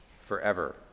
forever